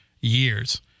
years